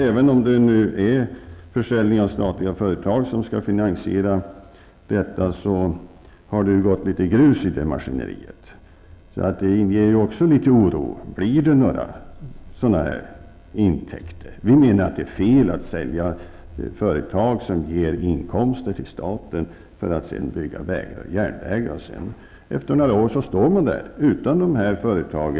Även om inkomsterna från försäljningen av statliga företag skall finansiera det hela, har det gått litet grus i maskineriet och det inger litet oro. Blir det några intäkter? Vi menar att det är fel att sälja företag, som ger inkomster till staten för att sedan bygga vägar och järnvägar. Efter några år står man där utan några företag.